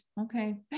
okay